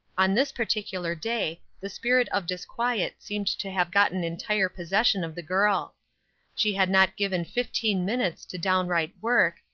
on this particular day the spirit of disquiet seemed to have gotten entire possession of the girl she had not given fifteen minutes to downright work,